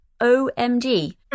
OMG